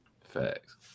Facts